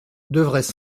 devraient